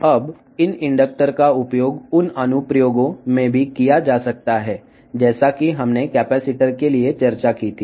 ఇప్పుడు కెపాసిటర్ల కోసం మేము చర్చించినట్లుగా ఈ ప్రేరకాలను ఇలాంటి అనువర్తనాలలో కూడా ఉపయోగించవచ్చు